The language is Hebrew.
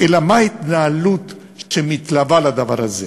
אלא מה ההתנהלות שמתלווה לדבר הזה.